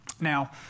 Now